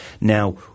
Now